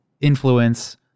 influence